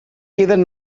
queden